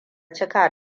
cika